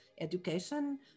education